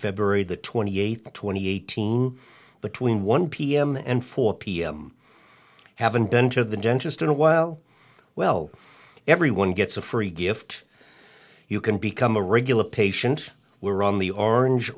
february the twenty eighth twenty eighteen between one pm and four pm haven't been to the dentist in a while well everyone gets a free gift you can become a regular patient we're on the orange